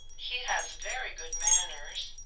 he has very good manners,